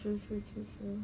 true true true true